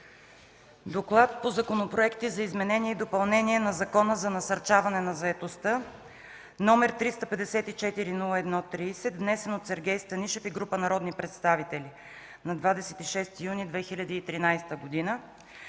„ДОКЛАД по законопроекти за изменение и допълнение на Закона за насърчаване на заетостта, № 354-01-30, внесен от Сергей Станишев и група народни представители на 26 юни 2013 г.,